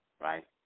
right